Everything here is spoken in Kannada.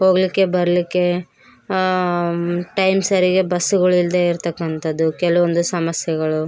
ಹೋಗ್ಲಿಕ್ಕೆ ಬರ್ಲಿಕ್ಕೆ ಹಾಂ ಟೈಮ್ ಸರಿಗೆ ಬಸ್ಸುಗಳು ಇಲ್ದೇ ಇರ್ತಕ್ಕಂಥತದ್ದು ಕೆಲವೊಂದು ಸಮಸ್ಯೆಗಳು